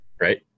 Right